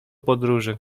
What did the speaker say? podróży